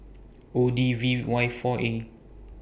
O D V Y four A